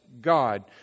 God